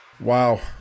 Wow